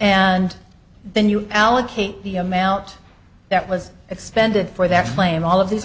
and then you allocate the amount that was expended for that claim all of these are